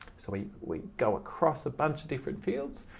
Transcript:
so we we go across a bunch of different fields.